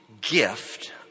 gift